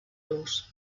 los